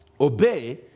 Obey